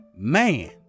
Man